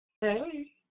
Hey